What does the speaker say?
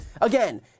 Again